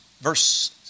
verse